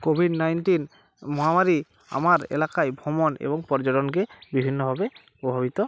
Covid nineteen মহামারী আমার এলাকায় ভ্রমণ এবং পর্যটনকে বিভিন্নভাবে প্রভাবিত